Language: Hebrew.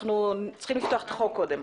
אנחנו צריכים לפתוח את החוק קודם.